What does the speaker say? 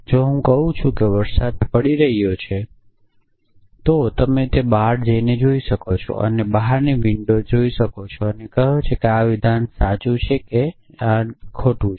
જો હું કહું છું કે વરસાદ પડી રહ્યો છે તો તમે બહાર જઇ અને બહારની વિંડો જોઈ શકો છો અને કહી શકો છો કે વિધાન સાચું છે કે નિવેદન ખોટું છે